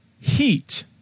Heat